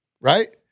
right